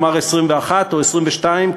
נאמר 21 או 22,